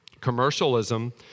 Commercialism